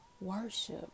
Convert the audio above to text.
worship